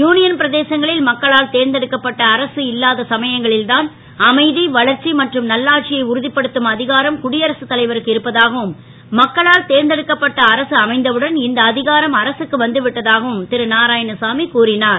you யன் பிரதேசங்களில் மக்களால் தேர்ந்தெடுக்கப்பட்ட அரசு இல்லாத சமயங்களில் தான் அமை வளர்ச்சி மற்றும் நல்லாட்சியை உறு ப்படுத்தும் அ காரம் குடியரசு தலைவருக்கு இருப்பதாகவும் மக்களால் தேர்ந்தெடுக்கப்பட்ட அரசு அமைந்தவுடன் இந்த அ காரம் அரசுக்கு வந்து விட்டதாகவும் ரு நாராயணசாமி கூறினார்